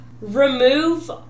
remove